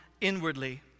inwardly